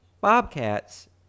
bobcats